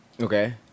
Okay